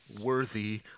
worthy